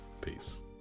Peace